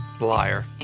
Liar